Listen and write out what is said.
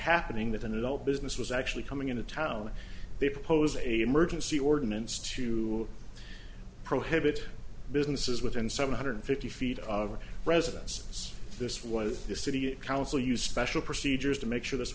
happening that an adult business was actually coming into town they propose a merge and see ordinance to prohibit businesses within seven hundred fifty feet of residence this was the city council used special procedures to make sure this